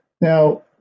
Now